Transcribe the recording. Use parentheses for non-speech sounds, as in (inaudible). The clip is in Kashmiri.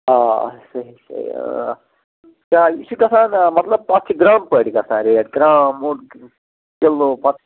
آ آ صحیح صحیح آ یہِ چھِ گژھان مطلب تَتھ چھِ گرٛامہٕ پٲٹھۍ گژھان ریٹ گرٛام (unintelligible) کِلوٗ پَتہٕ